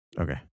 Okay